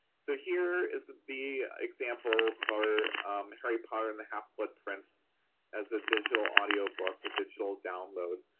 so, here is the example for harry potter and the half-blood prince as a digital audiobook, a digital download.